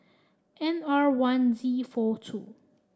N R one D four two